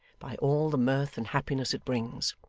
by all the mirth and happiness it brings.